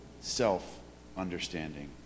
self-understanding